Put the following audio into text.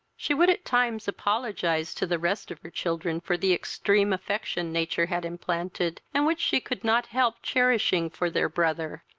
she would at times apologize to the rest of her children for the extreme affection nature had implanted, and which she could not help cherishing for their brother,